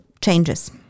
changes